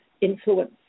influence